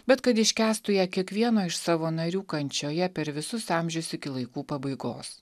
bet kad iškęstų ją kiekvieno iš savo narių kančioje per visus amžius iki laikų pabaigos